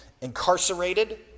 incarcerated